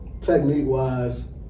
Technique-wise